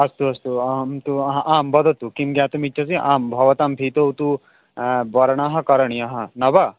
अस्तु अस्तु अस्तु अहं तु आम् वदतु किं ज्ञातुम् इच्छसि आम् भवतां भितौ तु वर्णः करणीयः न वा